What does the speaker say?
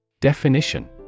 Definition